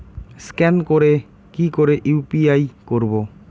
Scan করে কি করে ইউ.পি.আই করবো?